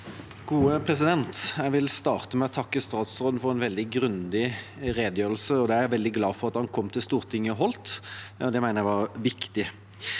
Jeg vil starte med å takke statsråden for en veldig grundig redegjørelse, som jeg er veldig glad for at han kom til Stortinget og holdt. Det mener jeg var viktig.